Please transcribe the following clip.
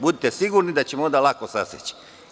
Budite sigurni da ćemo onda lako saseći.